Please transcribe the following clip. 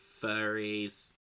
furries